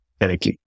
directly